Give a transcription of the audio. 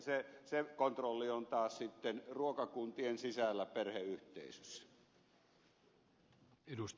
se kontrolli on taas sitten ruokakuntien sisällä perheyhteisöissä